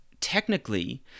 technically